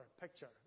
picture